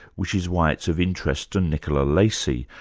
which is why it's of interest to nicola lacey,